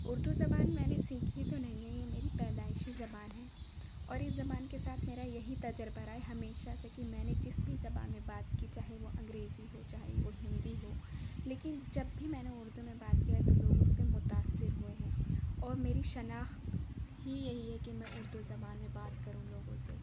اردو زبان میں نے سیکھی تو نہیں ہے یہ میری پیدائشی زبان ہے اور یہ زبان کے ساتھ میرا یہی تجربہ رہا ہے ہمیشہ سے کہ میں نے جس بھی زبان میں بات کی چاہے انگریزی ہو چاہے وہ ہندی ہو لیکن جب بھی میں نے اردو میں بات کیا ہے تو لوگ اس سے متاثر ہوئے ہیں اور میری شناخت ہی یہی ہے کہ میں اردو زبان میں بات کروں لوگوں سے